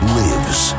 lives